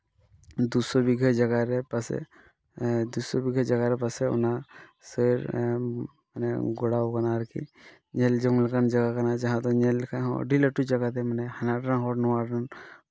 ᱫᱩ ᱥᱚ ᱵᱤᱜᱷᱟᱹ ᱡᱟᱭᱜᱟ ᱨᱮ ᱯᱟᱥᱮᱫ ᱫᱩ ᱥᱚ ᱵᱤᱜᱷᱟᱹ ᱡᱟᱭᱜᱟ ᱨᱮ ᱯᱟᱥᱮᱫ ᱚᱱᱟ ᱥᱟᱹᱨ ᱜᱚᱲᱟᱣ ᱠᱟᱱᱟ ᱟᱨᱠᱤ ᱧᱮᱞ ᱡᱚᱝ ᱞᱮᱠᱟᱱ ᱡᱟᱭᱜᱟ ᱠᱟᱱᱟ ᱡᱟᱦᱟᱸ ᱫᱚ ᱧᱮᱞ ᱞᱮᱠᱷᱟᱡ ᱦᱚᱸ ᱟᱹᱰᱤ ᱞᱟᱹᱴᱩ ᱡᱟᱭᱜᱟ ᱛᱮ ᱢᱮᱱᱟᱜᱼᱟ ᱦᱟᱱᱟ ᱨᱮᱱ ᱦᱚᱲ ᱱᱚᱣᱟ ᱨᱮ